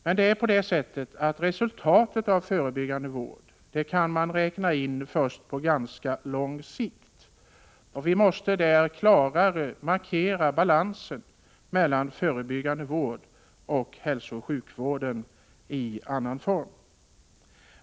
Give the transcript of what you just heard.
Men det är på det sättet att resultatet av förebyggande vård kan räknas in först på ganska lång sikt, och man måste klarare markera balansen mellan förebyggande vård och hälsooch sjukvård i annan form.